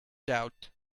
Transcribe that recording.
doubt